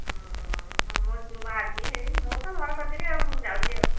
ହଁ ମୁଁ ବାହାରୁଛି ମୋର ତ ଘର କତିରେ ଆଉ ମୁଁ ଯାଉଛି ଆଉ